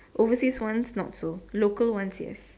oversea ones not so local ones yes